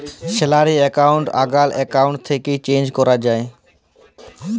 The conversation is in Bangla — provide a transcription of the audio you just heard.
স্যালারি একাউল্ট আগ্কার একাউল্ট থ্যাকে চেঞ্জ ক্যরা যায়